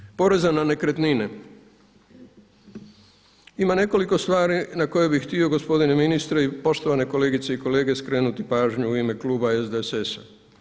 Što se tiče poreza na nekretnine ima nekoliko stvari na koje bih htio gospodine ministre i poštovane kolegice i kolege skrenuti pažnju u ime kluba SDSS-a.